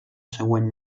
següent